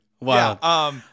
Wow